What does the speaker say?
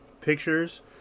pictures